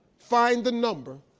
find the number,